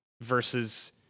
versus